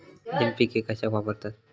NPK कशाक वापरतत?